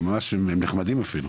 ממש הם נחמדים אפילו.